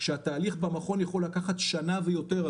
כשהתהליך במכון יכול לקחת שנה ויותר,